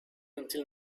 until